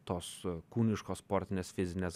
tos kūniškos sportinės fizinės